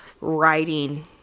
writing